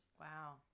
Wow